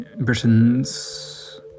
Britain's